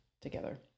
together